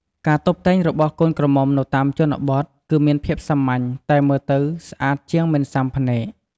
ការតុបតែងរបស់កូនក្រមុំនៅតាមជនបទគឺមានភាពសាមញ្ញតែមើលទៅស្អាតជាងមិនស៊ាំភ្នែក។